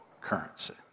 currency